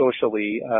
socially